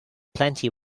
plenty